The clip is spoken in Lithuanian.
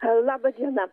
laba diena